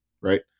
right